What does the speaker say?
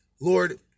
Lord